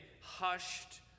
hushed